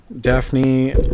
Daphne